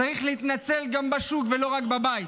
צריך להתנצל גם בשוק ולא רק בבית.